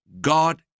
God